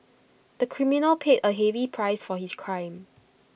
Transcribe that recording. the criminal paid A heavy price for his crime